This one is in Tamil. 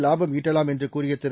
லாபம் ஈட்டலாம் என்று கூறிய திரு